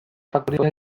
faktoria